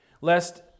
lest